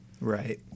Right